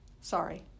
Sorry